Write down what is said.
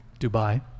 Dubai